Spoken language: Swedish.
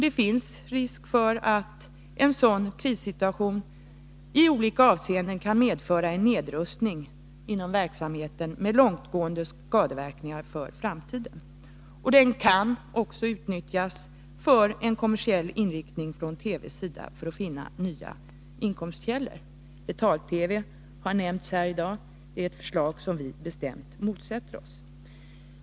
Det finns risk för att en sådan krissituation i olika avseenden kan medföra en nedrustning inom verksamheten, med långtgående skadeverkningar för framtiden. Den kan också utnyttjas för en kommersiell inriktning från TV:s sida för att finna nya inkomstkällor. Förslaget om betal-TV har nämnts här i dag. Det är ett förslag som vi bestämt motsätter oss.